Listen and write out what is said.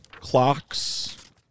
clocks